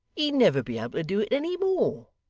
he'd never be able to do it any more.